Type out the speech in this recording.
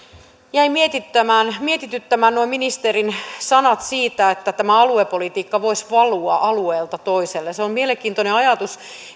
jäivät mietityttämään mietityttämään nuo ministerin sanat siitä että tämä aluepolitiikka voisi valua alueelta toiselle se on mielenkiintoinen ajatus